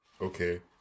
okay